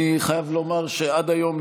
אני חייב לומר שעד היום,